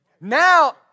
Now